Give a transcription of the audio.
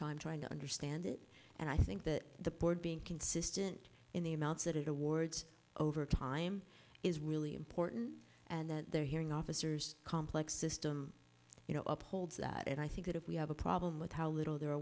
time trying to understand it and i think that the board being consistent in the amounts that it awards over time is really important and that they're hearing officers complex system you know upholds that and i think that if we have a problem with how little there are